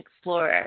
explorer